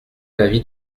l’avis